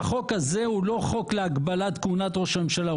והחוק הזה הוא לא חוק להגבלת כהונת ראש הממשלה.